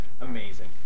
amazing